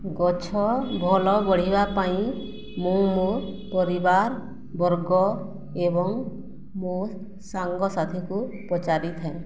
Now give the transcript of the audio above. ଗଛ ଭଲ ବଢ଼ିବା ପାଇଁ ମୁଁ ମୋ ପରିବାର ବର୍ଗ ଏବଂ ମୋ ସାଙ୍ଗସାଥିକୁ ପଚାରିଥାଏ